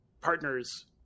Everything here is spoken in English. partners